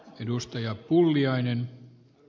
arvoisa puhemies